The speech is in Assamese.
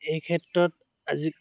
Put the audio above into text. এই ক্ষেত্ৰত আজি